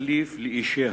תחליף לאישיה,